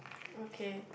okay